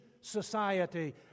society